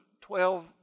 twelve